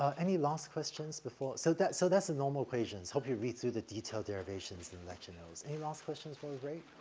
ah any last questions before so that so that's the normal equations. hope you read through the detailed derivations in the lecture notes. any last questions before we break?